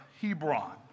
Hebron